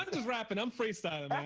ah just rapping. i'm freestyling,